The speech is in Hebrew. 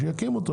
שיקים אותו,